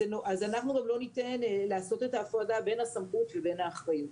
אז אנחנו גם לא ניתן לעשות את ההפרדה בין הסמכות לבין האחריות.